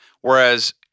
Whereas